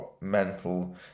mental